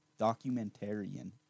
documentarian